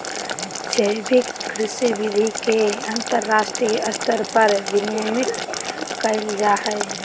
जैविक कृषि विधि के अंतरराष्ट्रीय स्तर पर विनियमित कैल जा हइ